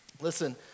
Listen